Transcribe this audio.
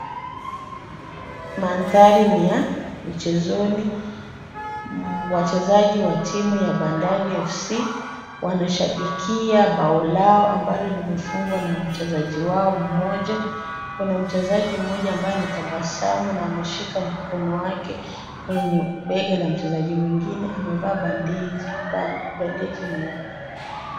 Mandhari ni ya michezoni. Wachezaji wa timu ya bandari f c wanashabikia bao lao ambalo limefungwa na mchezaji wao mmoja. Kuna mchezaji mmoja ambaye anatabasamu na ameshika mkono wake kwenye bega la mchezaji mwingine amevaa bendeji nyeupe.